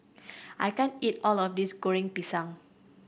I can't eat all of this Goreng Pisang